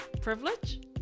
privilege